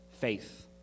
faith